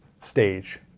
stage